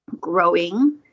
Growing